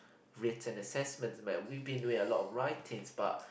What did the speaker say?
written assignments man we've been doing a lot of writings but